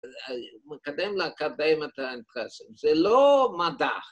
‫מקדם לקדם את האנטרסים. ‫זה לא מדע.